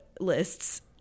lists